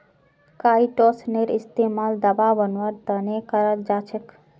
काईटोसनेर इस्तमाल दवा बनव्वार त न कराल जा छेक